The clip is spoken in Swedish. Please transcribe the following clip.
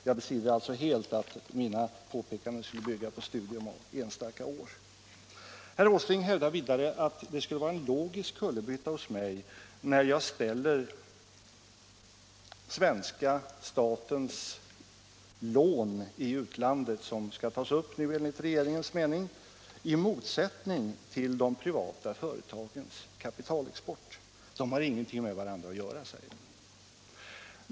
Jag bestrider alltså att mina påpekanden skulle bygga på studium av enstaka år. Herr Åsling hävdar vidare att det skulle vara en logisk kullerbytta när jag ställer svenska statens lån i utlandet, som skall tas upp nu enligt regeringens mening, i motsättning till de privata företagens kapitalexport. Dessa saker har ingenting med varandra att göra, säger han.